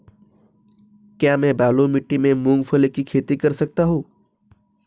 क्या मैं बालू मिट्टी में मूंगफली की खेती कर सकता हूँ?